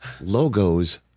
logos